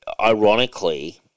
ironically